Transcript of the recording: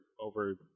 Over